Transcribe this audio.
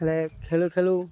ହେଲେ ଖେଳୁ ଖେଳୁ